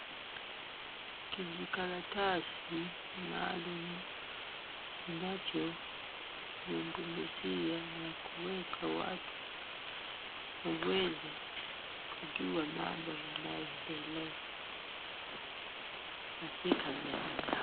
Kijikaratasi maalum kinachozungumzia na kuweka watu waweze kujua mambo yanayoendelea katika mili yao.